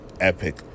epic